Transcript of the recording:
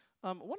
One